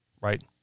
Right